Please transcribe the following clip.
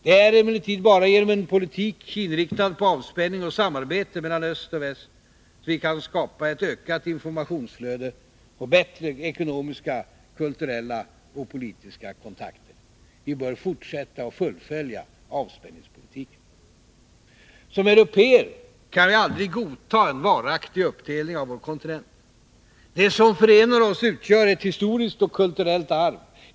Det är emellertid bara genom en politik inriktad på avspänning och samarbete mellan öst och väst som vi kan skapa ett ökat informationsflöde samt bättre ekonomiska, kulturella och politiska kontakter. Vi bör fortsätta och fullfölja avspänningspolitiken. Som européer kan vi aldrig godta en varaktig uppdelning av vår kontinent. Det som förenar oss utgör ett historiskt och kulturellt arv.